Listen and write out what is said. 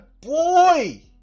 boy